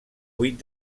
vuit